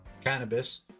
cannabis